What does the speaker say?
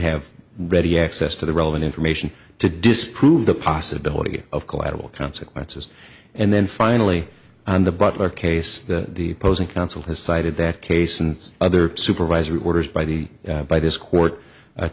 have ready access to the relevant information to disprove the possibility of collateral consequences and then finally on the butler case the posing counsel has cited that case and other supervisory orders by the by this court